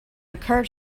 occur